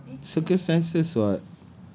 ya but circumstances [what]